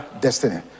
destiny